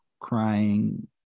crying